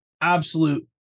absolute